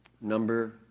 Number